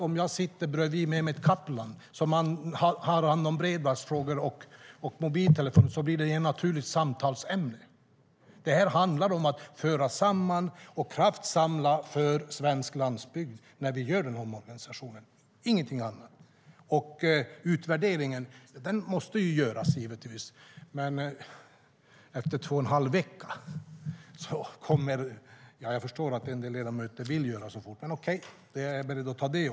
Om jag sitter bredvid Mehmet Kaplan, som har hand om bredbandsfrågor och mobiltelefoni, blir dessa frågor ett naturligt samtalsämne. När man gör den här omorganisationen handlar det om att föra samman frågorna och kraftsamla för svensk landsbygd, ingenting annat. En utvärdering måste givetvis göras, men inte efter två och en halv vecka. Jag förstår att en del ledamöter vill göra det fort. Okej, jag är beredd att ta det.